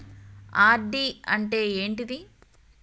RD అంటే ఏంటిది?